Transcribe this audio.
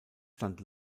stand